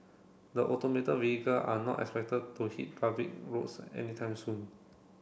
the automated vehicle are not expected to hit public roads anytime soon